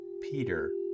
Peter